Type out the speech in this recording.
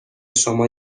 شما